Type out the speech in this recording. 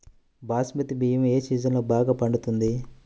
బాస్మతి బియ్యం ఏ సీజన్లో బాగా పండుతుంది?